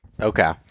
okay